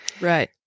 Right